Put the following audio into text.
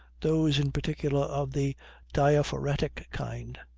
those in particular of the diaphoretic kind,